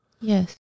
Yes